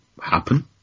happen